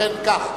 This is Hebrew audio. ובכן כך,